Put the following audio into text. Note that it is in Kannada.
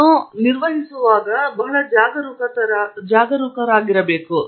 ಆದ್ದರಿಂದ ನೀವು ಅದನ್ನು ನಿಜವಾಗಿಯೂ ನೋಡಬೇಕು ಮತ್ತು ಅದನ್ನು ಕಂಡುಕೊಳ್ಳಿ ಮತ್ತು ಅದನ್ನು ಖರೀದಿಸಬೇಕು